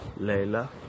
Layla